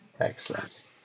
Excellent